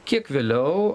kiek vėliau